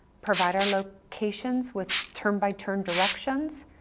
provider locations with turn-by-turn directions,